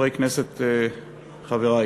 חברי כנסת, חברי,